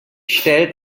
stellte